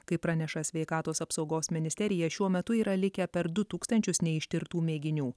kaip praneša sveikatos apsaugos ministerija šiuo metu yra likę per du tūkstančius neištirtų mėginių